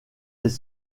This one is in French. des